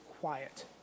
quiet